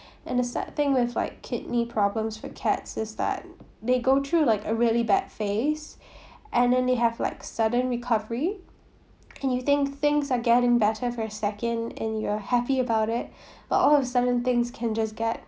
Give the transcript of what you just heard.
and the sad thing with like kidney problems with cats is that they go through like a really bad phase and then they have like sudden recovery and you think things are getting better for a second and you're happy about it but all of sudden things can just get